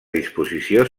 disposició